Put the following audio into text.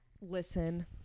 Listen